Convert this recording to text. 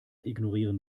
ignorieren